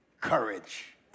courage